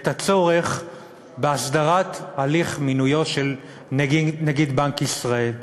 את הצורך בהסדרת הליך מינויו של נגיד בנק ישראל?